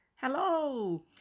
hello